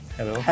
Hello